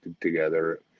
together